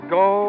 go